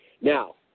now